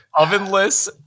ovenless